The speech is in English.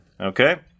Okay